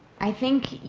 i think,